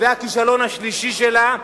זה הכישלון השלישי שלה,